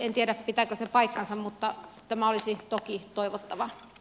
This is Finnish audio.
en tiedä pitääkö se paikkansa mutta tämä olisi toki toivottavaa